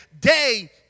day